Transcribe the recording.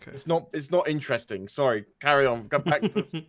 it's not it's not interesting. sorry carry on